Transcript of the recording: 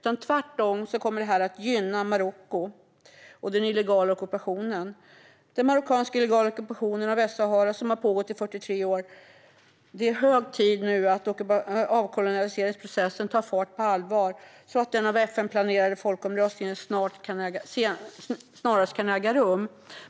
Tvärtom kommer det här att gynna Marocko och den illegala ockupation som nu har pågått i 43 år. Det är hög tid att avkoloniseringsprocessen tar fart på allvar så att den av FN planerade folkomröstningen snarast kan äga rum.